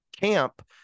camp